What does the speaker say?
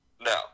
No